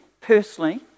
personally